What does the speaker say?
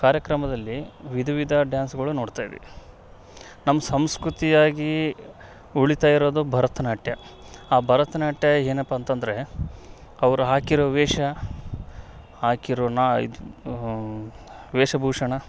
ಕಾರ್ಯಕ್ರಮದಲ್ಲಿ ವಿಧ ವಿಧ ಡ್ಯಾನ್ಸ್ಗಳು ನೊಡ್ತಾಯಿದೀವಿ ನಮ್ಮ ಸಂಸ್ಕೃತಿಯಾಗಿ ಉಳಿತ ಇರೋದು ಭರತನಾಟ್ಯ ಆ ಭರತನಾಟ್ಯ ಏನಪ್ಪಾ ಅಂತಂದರೆ ಅವ್ರು ಹಾಕಿರೋ ವೇಷ ಹಾಕಿರೋ ನಾ ಇದು ವೇಷಭೂಷಣ